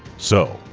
so,